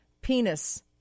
penis